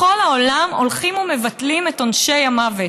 בכל העולם הולכים ומבטלים את עונשי המוות.